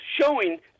showing